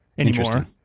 Anymore